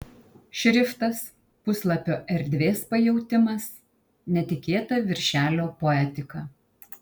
šriftas puslapio erdvės pajautimas netikėta viršelio poetika